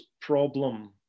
problem